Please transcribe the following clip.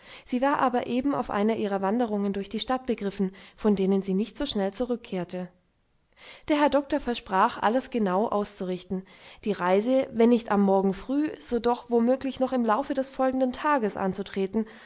sie war aber eben auf einer ihrer wanderungen durch die stadt begriffen von denen sie nicht so schnell zurückkehrte der herr doktor versprach alles genau auszurichten die reise wenn nicht am morgen früh so doch womöglich noch im laufe des folgenden tages anzutreten